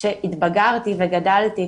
כשהתבגרתי וגדלתי,